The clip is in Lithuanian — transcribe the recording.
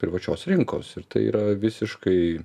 privačios rinkos ir tai yra visiškai